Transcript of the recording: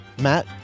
Matt